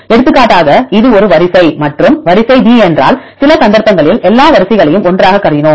எடுத்துக்காட்டாக இது ஒரு வரிசை மற்றும் வரிசை b என்றால் சில சந்தர்ப்பங்களில் எல்லா வரிசைகளையும் ஒன்றாகக் கருதினோம்